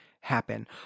happen